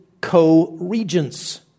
co-regents